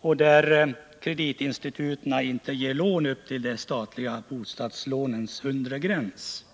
och där kreditinstituten inte ger lån upp till de statliga bostadslånens undre gräns.